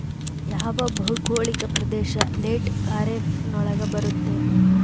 ಯಾವ ಭೌಗೋಳಿಕ ಪ್ರದೇಶ ಲೇಟ್ ಖಾರೇಫ್ ನೊಳಗ ಬರುತ್ತೆ?